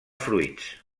fruits